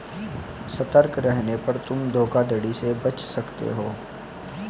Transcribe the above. सतर्क रहने पर तुम धोखाधड़ी से बच सकते हो